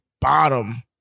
bottom